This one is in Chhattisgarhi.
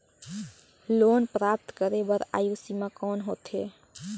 लोन प्राप्त करे बर आयु सीमा कौन होथे?